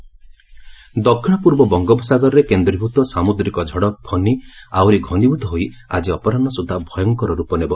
ଫନ୍ନି ଦକ୍ଷିଣପୂର୍ବ ବଙ୍ଗୋପସାଗରରେ କେନ୍ଦ୍ରୀଭୂତ ସାମୁଦ୍ରିକ ଝଡ଼ ଫନି ଆହୁରି ଘନିଭୂତ ହୋଇ ଆଜି ଅପରାହ୍ନ ସୁଦ୍ଧା ଭୟଙ୍କର ରୂପ ନେବ